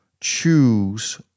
choose